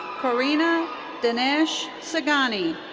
kareena dinesh senghani.